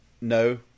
no